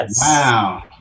Wow